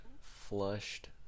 Flushed